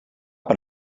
per